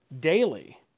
daily